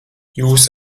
jūs